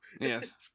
yes